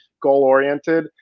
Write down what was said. goal-oriented